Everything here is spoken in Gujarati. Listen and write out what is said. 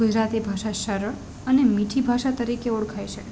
ગુજરાતી ભાષા સરળ અને મીઠી ભાષા તરીકે ઓળખાય છે